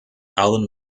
alan